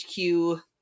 HQ